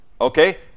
Okay